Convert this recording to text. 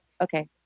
okay